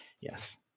Yes